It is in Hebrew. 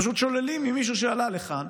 פשוט שוללים ממישהו שעלה לכאן